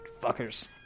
fuckers